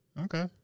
Okay